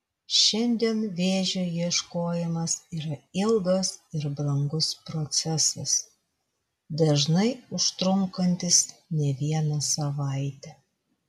šiandien vėžio ieškojimas yra ilgas ir brangus procesas dažnai užtrunkantis ne vieną savaitę